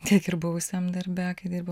tiek ir buvusiam darbe kai dirbau